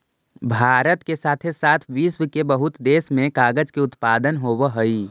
भारत के साथे साथ विश्व के बहुते देश में कागज के उत्पादन होवऽ हई